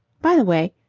by the way,